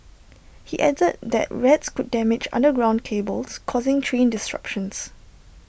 he added that rats could damage underground cables causing train disruptions